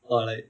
!wah! like